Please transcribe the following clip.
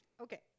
Okay